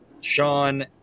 Sean